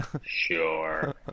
Sure